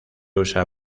usa